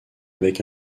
avec